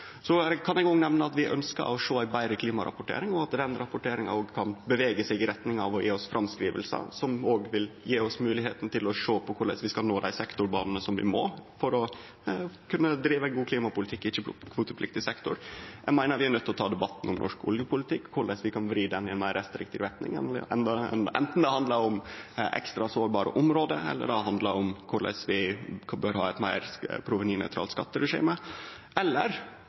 Så kan eg òg nemne at vi ønskjer å sjå ei betre klimarapportering, og at den rapporteringa òg kan bevege seg i retning av å gje oss framskrivingar, som òg vil gje oss moglegheit til sjå på korleis vi skal nå dei sektorbanene som vi må nå for å kunne drive ein god klimapolitikk i ikkje-kvotepliktig sektor. Eg meiner vi er nøydde til å ta debatten om norsk oljepolitikk og korleis vi kan vri han i ei meir restriktiv retning, anten det handlar om ekstra sårbare område eller om korleis vi bør ha eit meir